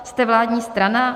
Jste vládní strana.